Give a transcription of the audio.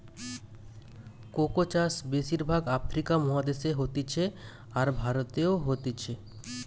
cocoa চাষ বেশির ভাগ আফ্রিকা মহাদেশে হতিছে, আর ভারতেও হতিছে